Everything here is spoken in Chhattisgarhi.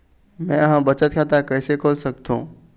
मै ह बचत खाता कइसे खोल सकथों?